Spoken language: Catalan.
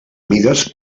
mides